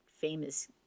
famous